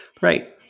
Right